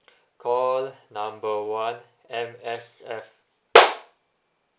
call number one M_S_F